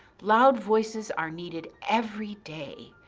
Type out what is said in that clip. loud voices are needed every day.